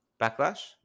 backlash